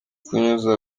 kunyuza